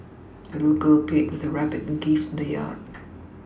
the little girl played with her rabbit and geese in the yard